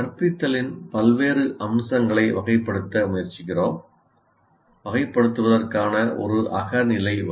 கற்பித்தலின் பல்வேறு அம்சங்களை வகைப்படுத்த முயற்சிக்கிறோம் வகைப்படுத்துவதற்கான ஒரு அகநிலை வழி